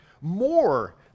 More